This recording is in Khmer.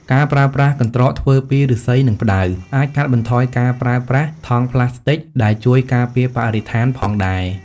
ការប្រើប្រាស់កន្ត្រកធ្វើពីឫស្សី និងផ្តៅអាចកាត់បន្ថយការប្រើប្រាស់ ថង់ប្លាស្ទិក ដែលជួយការពារបរិស្ថានផងដែរ។